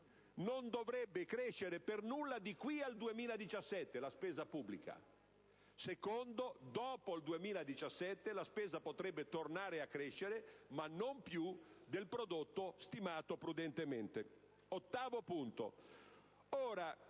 non dovrebbe crescere per nulla da qui al 2017. In secondo luogo, dopo il 2017, la spesa potrebbe tornare a crescere, ma non più del prodotto stimato prudentemente. Ottavo punto.